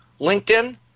LinkedIn